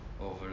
over